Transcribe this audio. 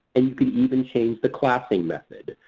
and you can even change the classing method.